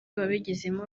wabigizemo